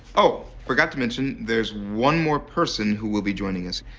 oh, forgot to mention, there's one more person who will be joining us.